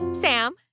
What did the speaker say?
Sam